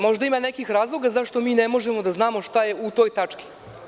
Možda ima nekih razloga zašto mi ne možemo da znamo šta je u toj tački.